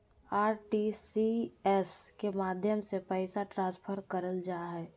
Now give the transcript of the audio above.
RTGS के माध्यम से पैसा ट्रांसफर करल जा हय